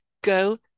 Go